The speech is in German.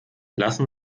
lassen